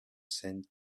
saint